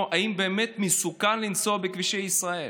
אם באמת מסוכן לנסוע בכבישי ישראל.